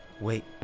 Wait